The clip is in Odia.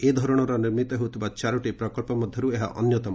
ଏ ଧରଣର ନିର୍ମିତ ହେଉଥିବା ଚାରୋଟି ପ୍ରକଳ୍ପ ମଧ୍ୟର୍ତ ଏହା ଅନ୍ୟତମ